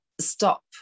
stop